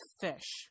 fish